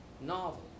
novel